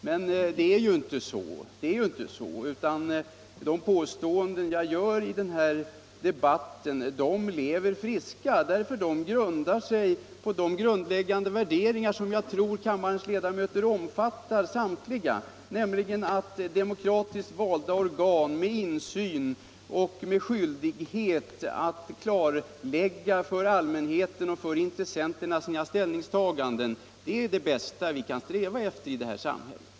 Men de påståenden som jag gör i denna debatt lever friska, därför att de bygger på grundläggande värderingar, som jag tror att samtliga kammarens ledamöter omfattar, nämligen att demokratiskt valda organ med insyn och skyldighet att klarlägga sina ställningstaganden för allmänheten och för intressenterna är det bästa vi kan sträva efter i detta samhälle.